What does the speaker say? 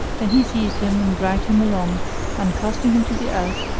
then he seized him and dragged him along and, casting him to the earth,